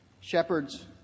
Shepherds